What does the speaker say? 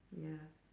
ya